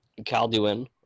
Calduin